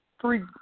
three